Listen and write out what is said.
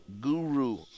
Guru